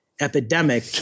Epidemic